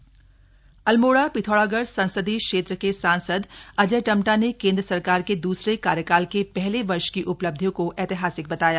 अजय टम्टा अल्मोड़ा पिथौरागढ़ संसदीय क्षेत्र के सांसद अजय टम्टा ने केंद्र सरकार के दूसरे कार्यकाल के पहले वर्ष की उपलब्धियों को ऐतिहासिक बताया